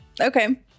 Okay